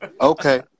okay